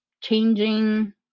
changing